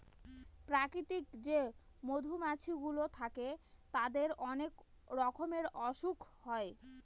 প্রাকৃতিক যে মধুমাছি গুলো থাকে তাদের অনেক রকমের অসুখ হয়